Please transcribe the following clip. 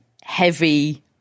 heavy